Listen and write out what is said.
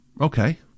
Okay